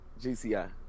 GCI